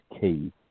key